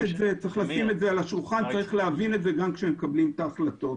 צריך לשים את זה על השולחן וצריך להבין את זה גם כשמקבלים את ההחלטות.